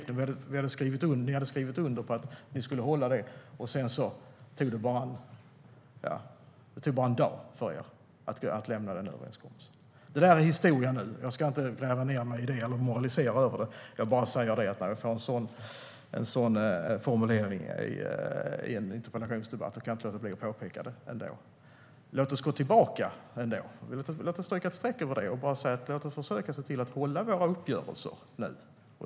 Ni hade skrivit under på att ni skulle hålla detta, och så tog det bara en dag att lämna denna överenskommelse. Det där är historia nu. Jag ska inte gräva ned mig i det eller moralisera över det. Jag bara säger att när jag hör en sådan formulering i en interpellationsdebatt kan jag inte låta bli att påpeka det ändå. Låt oss gå tillbaka. Låt oss stryka ett streck över det och bara säga: Låt oss försöka se till att hålla våra uppgörelser nu!